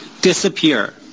disappear